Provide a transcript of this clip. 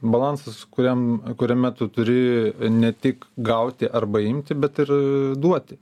balansas kuriam kuriame tu turi ne tik gauti arba imti bet ir duoti